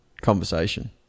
conversation